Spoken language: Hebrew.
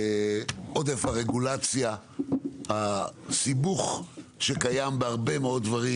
עודף הרגולציה, הסיבוך שקיים בהרבה מאוד דברים,